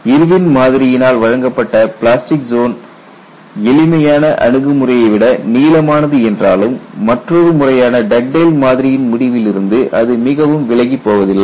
Irwin மாதிரியால் வழங்கப்பட்ட plastic zone எளிமையான அணுகுமுறையை விட நீளமானது என்றாலும் மற்றொரு முறையான டக்டேல் மாதிரியின் Dugdale's model முடிவில் இருந்து அது மிகவும் விலகிப்போவதில்லை